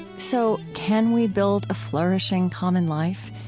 so, can we build a flourishing common life,